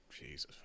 Jesus